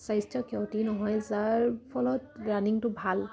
স্বাস্থ্যৰ ক্ষতি নহয় যাৰ ফলত ৰানিংটো ভাল